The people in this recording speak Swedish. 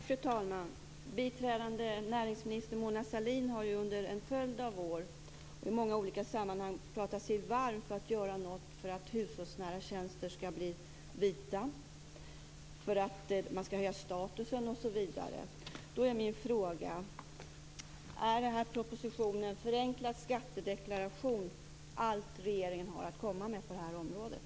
Fru talman! Biträdande näringsminister Mona Sahlin har under en följd av år och i många olika sammanhang pratat sig varm för att göra något för att hushållsnära tjänster ska bli vita, för att man ska höja statusen osv. Då är min fråga: Är propositionen Förenklad skattedeklaration allt regeringen har att komma med på det här området?